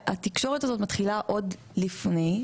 התקשורת הזאת מתחילה עוד לפני,